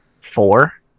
four